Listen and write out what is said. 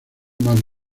más